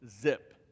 Zip